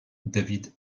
david